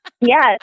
yes